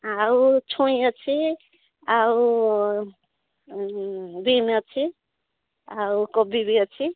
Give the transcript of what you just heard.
ଆଉ ଛୁଇଁ ଅଛି ଆଉ ବିନ୍ ଅଛି ଆଉ କୋବି ବି ଅଛି